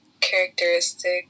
characteristic